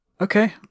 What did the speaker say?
Okay